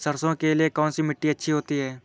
सरसो के लिए कौन सी मिट्टी अच्छी होती है?